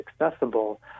accessible